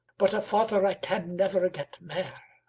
but a father i can never get mair.